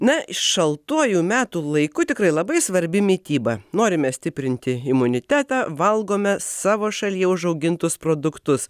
na šaltuoju metų laiku tikrai labai svarbi mityba norime stiprinti imunitetą valgome savo šalyje užaugintus produktus